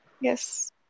Yes